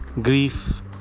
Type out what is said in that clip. grief